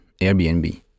Airbnb